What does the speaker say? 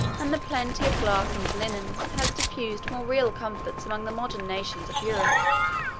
and the plenty of glass and linen has diffused more real comforts among the modern nations of europe,